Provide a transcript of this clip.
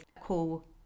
call